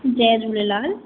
Jay Jhulelal